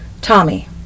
Tommy